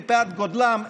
מפאת גודלם,